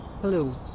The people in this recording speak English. Hello